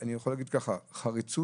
אני יכול לומר כך: חריצות,